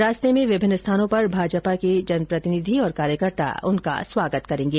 रास्ते में विभिन्न स्थानों पर भाजपा के जनप्रतिनिधि और कार्यकर्ता उनका स्वागत करेंगे